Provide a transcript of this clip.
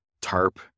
Tarp